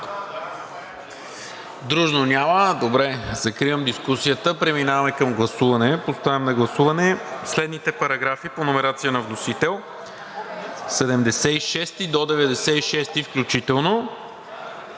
Дружно: „Няма.“ Добре. Закривам дискусията, преминаваме към гласуване. Поставям на гласуване следните параграфи по номерацията на вносител: § 76 до 96 включително,